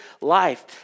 life